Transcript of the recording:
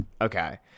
Okay